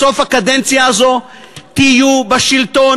בסוף הקדנציה הזאת תהיו בשלטון,